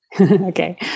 Okay